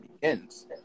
begins